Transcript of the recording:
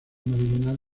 meridional